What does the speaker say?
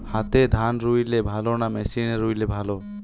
হাতে ধান রুইলে ভালো না মেশিনে রুইলে ভালো?